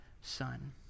Son